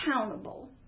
accountable